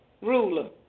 ruler